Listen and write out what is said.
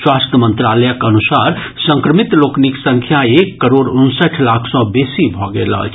स्वास्थ्य मंत्रालयक अनुसार संक्रमित लोकनिक संख्या एक करोड़ उनसठि लाख सँ बेसी भऽ गेल अछि